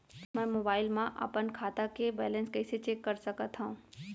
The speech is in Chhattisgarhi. मैं मोबाइल मा अपन खाता के बैलेन्स कइसे चेक कर सकत हव?